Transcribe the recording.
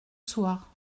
soir